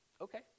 okay